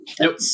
Nope